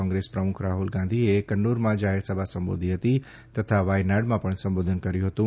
કોંગ્રેસ પ્રમુખ રાફલ ગાંધીએ કન્ન્રમાં જાફેરસભા સંબોધી ફતી તથા વાયનાડમાં પણ સંબોધન કર્યું ફતું